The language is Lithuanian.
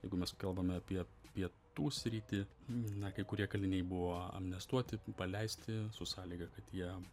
jeigu mes kalbame apie pietų sritį na kai kurie kaliniai buvo amnestuoti paleisti su sąlyga kad jie